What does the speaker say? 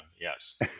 yes